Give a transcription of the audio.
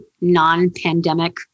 non-pandemic